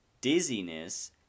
dizziness